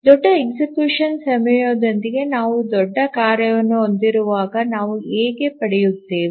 ದೊಡ್ಡ execution ಸಮಯದೊಂದಿಗೆ ನಾವು ದೊಡ್ಡ ಕಾರ್ಯವನ್ನು ಹೊಂದಿರುವಾಗ ನಾವು ಹೇಗೆ ಪಡೆಯುತ್ತೇವೆ